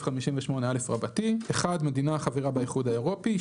58א) (1)מדינה החברה באיחוד האירופי,